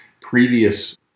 previous